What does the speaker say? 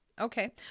Okay